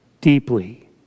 deeply